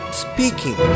speaking